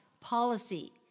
policy